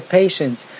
Patience